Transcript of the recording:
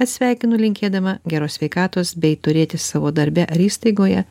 atsisveikinu linkėdama geros sveikatos bei turėti savo darbe ar įstaigoje